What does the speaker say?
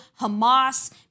Hamas